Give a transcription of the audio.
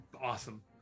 awesome